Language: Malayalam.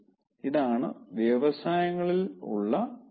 ഇതാണ് വ്യവസായങ്ങളിൽ ഉള്ള സാധ്യത